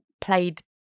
played